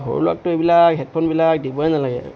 সৰু ল'ৰাকতো এইবিলাক হেডফোনবিলাক দিবই নালাগে